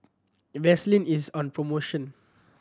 Vaselin is on promotion